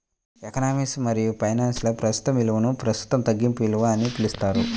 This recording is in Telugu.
ఎకనామిక్స్ మరియుఫైనాన్స్లో, ప్రస్తుత విలువనుప్రస్తుత తగ్గింపు విలువ అని పిలుస్తారు